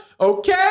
Okay